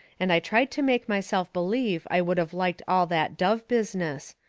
and i tried to make myself believe i would of liked all that dove business.